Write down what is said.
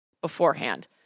beforehand